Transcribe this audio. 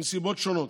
מסיבות שונות.